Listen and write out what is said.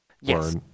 Yes